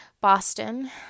Boston